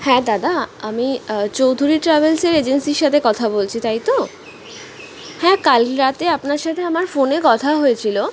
হ্যাঁ দাদা আমি চৌধুরী ট্রাভেলসের এজেন্সির সাথে কথা বলছি তাই তো হ্যাঁ কাল রাতে আপনার সাথে আমার ফোনে কথা হয়েছিল